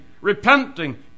repenting